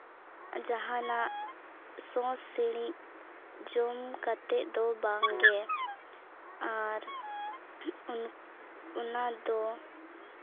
ᱡᱟᱦᱟᱱᱟᱜ ᱥᱚ ᱥᱤᱲᱤᱡ ᱡᱚᱢ ᱠᱟᱛᱮᱫ ᱫᱚ ᱵᱟᱝᱜᱮ ᱟᱨ ᱚᱱᱟ ᱫᱚ